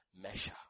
measure